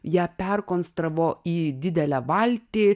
ją perkonstravo į didelę valtį